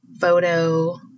photo